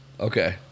Okay